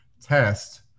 test